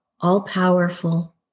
all-powerful